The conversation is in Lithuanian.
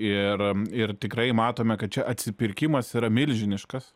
ir ir tikrai matome kad čia atsipirkimas yra milžiniškas